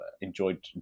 enjoyed